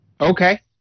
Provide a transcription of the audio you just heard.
Okay